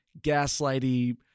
gaslighty